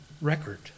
record